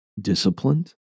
disciplined